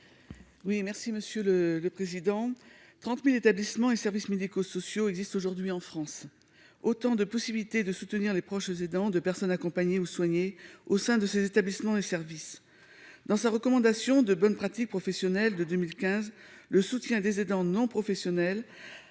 Oui, merci Monsieur le Président, 30000 établissements et services médico-sociaux existent aujourd'hui en France, autant de possibilités de soutenir les proches, les aidants de personnes accompagnées ou soigner au sein de ces établissements et services dans sa recommandation de bonnes pratiques professionnelles de 2015 le soutien des aidants non professionnels,